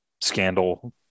scandal